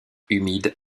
humide